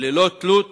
וללא תלות